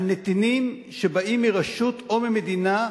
על נתינים שבאים מרשות או ממדינה,